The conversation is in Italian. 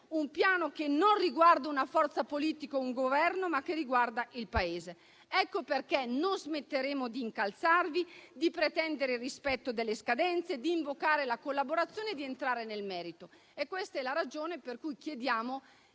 un Piano che riguarda non una forza politica o un Governo, ma il Paese. Ecco perché non smetteremo di incalzarvi, di pretendere il rispetto delle scadenze, di invocare la collaborazione e di entrare nel merito. Questa è la ragione per cui chiediamo